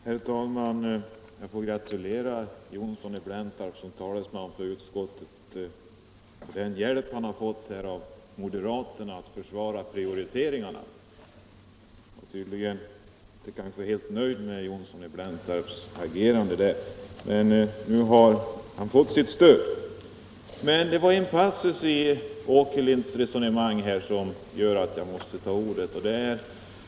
Herr talman! Jag får gratulera herr Johnsson i Blentarp som talesman för utskottet att han fått hjälp av moderaterna att försvara prioriteringarna. Jag var inte helt nöjd med herr Johnssons agerande på den punkten, 171 men nu har han fått ett stöd som förtydligar det hela. Det var en passus i herr Åkerlinds resonemang som föranledde mig att begära ordet.